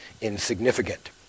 insignificant